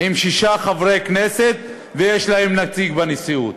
עם שישה חברי כנסת, ויש להן נציג בנשיאות.